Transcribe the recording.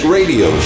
Radio